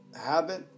habit